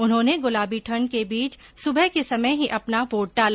उन्होने गुलाबी ठंड के बीच सुबह के समय ही अपना वोट डाला